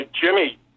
Jimmy